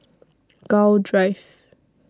Gul Drive